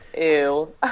Ew